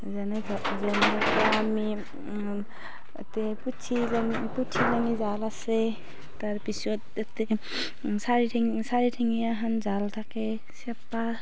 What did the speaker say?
যেনে পুঠি জাল আছে তাৰপিছতে চাৰি ঠেঙী চাৰি ঠেঙীয়া এখন জাল থাকে চেপা